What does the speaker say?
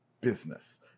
business